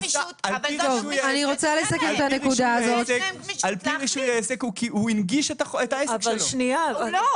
הוא הנגיש את העסק שלו.